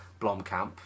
Blomkamp